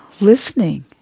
Listening